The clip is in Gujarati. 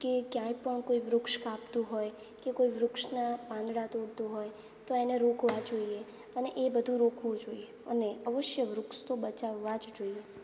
કે ક્યાંય પણ કોઈ વૃક્ષ કાપતું હોય કે કોઈ વૃક્ષના પાંદડા તોડતું હોય તો એને રોકવા જોઈએ અને એ બધું રોકવું જોઈએ અને અવશ્ય વૃક્ષ તો બચાવવા જ જોઈએ